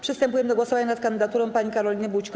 Przystępujemy do głosowania nad kandydaturą pani Karoliny Bućko.